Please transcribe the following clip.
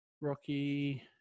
Rocky